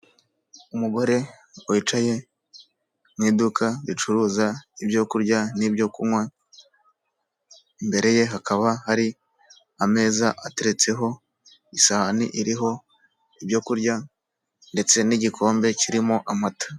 Umugore wicaye mu iduka ricuruza ibyo kurya n'ibyo kunywa, imbere ye hakaba hari Ameza ateretseho isahani iriho ibyo kurya ndetse n'igikombe kirimo amata.